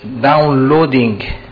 downloading